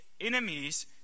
enemies